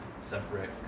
separate